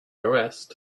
arrest